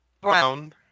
Brown